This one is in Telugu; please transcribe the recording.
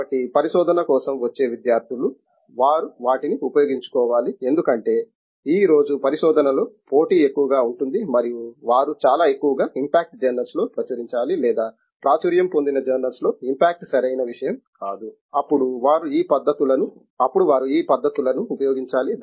కాబట్టి పరిశోధన కోసం వచ్చే విద్యార్థులు వారు వాటిని ఉపయోగించుకోవాలి ఎందుకంటే ఈ రోజు పరిశోధనలో పోటీ ఎక్కువగా ఉంటుందిమరియు వారు చాలా ఎక్కువ ఇంపాక్ట్ జర్నల్స్ లో ప్రచురించాలి లేదా ప్రాచుర్యం పొందిన జర్నల్స్ లో ఇంపాక్ట్ సరైన విషయం కాదు అప్పుడు వారు ఈ పద్ధతులను ఉపయోగించాలి